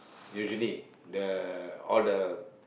usually the all the